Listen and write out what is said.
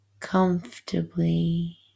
comfortably